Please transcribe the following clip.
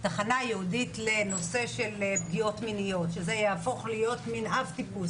המטרה היתה שזה יהפוך להיות אב טיפוס